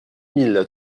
mille